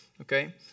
Okay